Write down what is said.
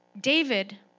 David